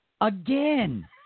Again